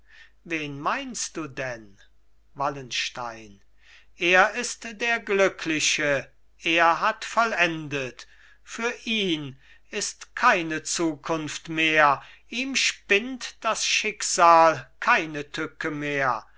wen meinst du denn wallenstein er ist der glückliche er hat vollendet für ihn ist keine zukunft mehr ihm spinnt das schicksal keine tücke mehr